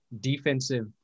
defensive